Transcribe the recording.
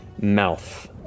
mouth